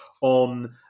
on